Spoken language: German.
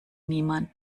niemand